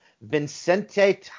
Vincente